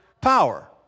power